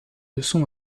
leçons